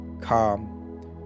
calm